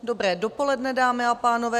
Dobré dopoledne, dámy a pánové.